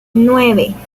nueve